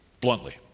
Bluntly